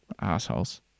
Assholes